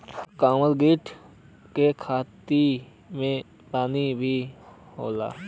कमलगट्टा के खेती भी पानी में होला